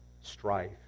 strife